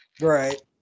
Right